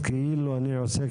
ואין לנו,